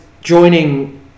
joining